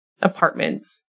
apartments